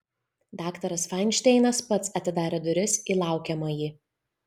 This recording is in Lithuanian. daktaras fainšteinas pats atidarė duris į laukiamąjį